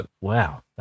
Wow